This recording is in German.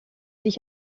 sich